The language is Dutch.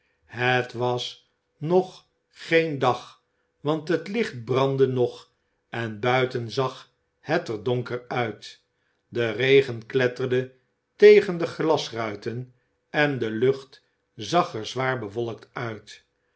het was nog geen dag want het licht brandde nog en buiten zag het er donker uit de regen kletterde tegen de glasruiten en de lucht zag er zwaar bewolkt uit